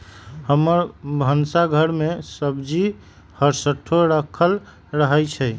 हमर भन्सा घर में सूज्ज़ी हरसठ्ठो राखल रहइ छै